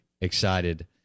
excited